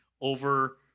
over